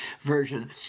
version